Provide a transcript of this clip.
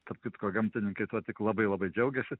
tarp kitko gamtininkai tuo tik labai labai džiaugiasi